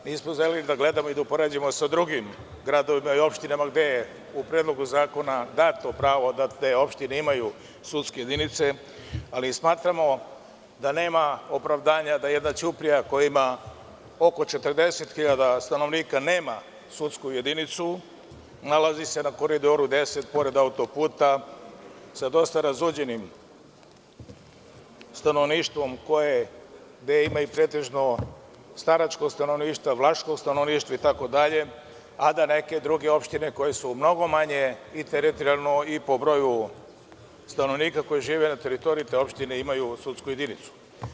Mi smo želeli da gledamo i da upoređujemo sa drugim gradovima i opštinama, gde je u Predlogu zakona dato pravo da te opštine imaju sudske jedinice, ali smatramo da nema opravdanja da jedna Ćuprija, koja ima oko 40.000 stanovnika nema sudsku jedinicu, nalazi se na Koridoru 10, pored auto-puta, sa dosta razuđenim stanovništvom, gde ima i pretežno staračkog stanovništva, vlaškog stanovništva, itd, a da neke druge opštine koje su mnogo manje i teritorijalno i po broju stanovnika, koji žive na teritoriji te opštine imaju sudsku jedinicu.